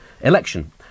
election